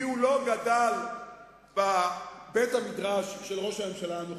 כי הוא לא גדל בבית-המדרש של ראש הממשלה הנוכחי,